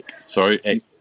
Sorry